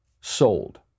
sold